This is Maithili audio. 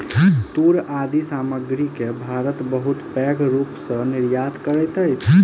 तूर आदि सामग्री के भारत बहुत पैघ रूप सॅ निर्यात करैत अछि